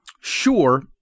sure